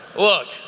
look,